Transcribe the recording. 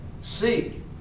seek